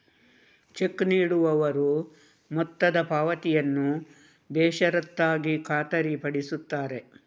check ನೀಡುವವರು ಮೊತ್ತದ ಪಾವತಿಯನ್ನು ಬೇಷರತ್ತಾಗಿ ಖಾತರಿಪಡಿಸುತ್ತಾರೆ